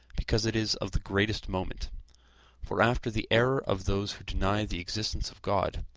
because it is of the greatest moment for after the error of those who deny the existence of god,